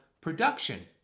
production